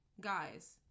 Guys